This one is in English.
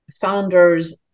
founders